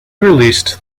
released